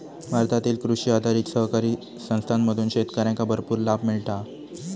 भारतातील कृषी आधारित सहकारी संस्थांमधून शेतकऱ्यांका भरपूर लाभ मिळता हा